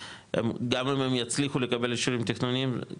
וגם אם הם יצליחו לקבל אישורים תכנוניים,